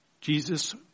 Jesus